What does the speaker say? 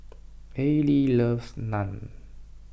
Allie loves Naan